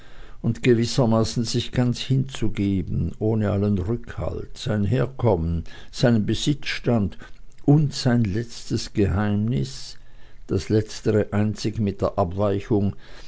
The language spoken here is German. und gewissermaßen sich ganz hinzugeben ohne allen rückalt sein herkommen seinen besitzstand und sein letztes geheimnis das letztere einzig mit der abweichung